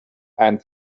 and